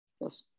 yes